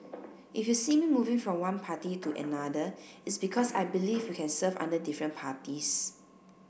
if you see me moving from one party to another it's because I believe we can serve under different parties